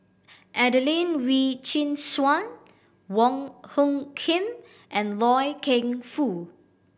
Adelene Wee Chin Suan Wong Hung Khim and Loy Keng Foo